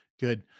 Good